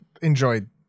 enjoyed